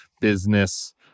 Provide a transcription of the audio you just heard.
business